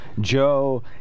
Joe